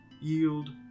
Yield